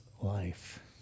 life